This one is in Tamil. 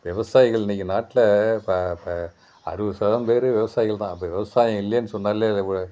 விவசாயிகள் இன்னைக்கு நாட்டில ப ப அறுபது சதவீதம் பேர் விவசாயிகள்தான் அப்போ விவசாயம் இல்லைன்னு சொன்னாலே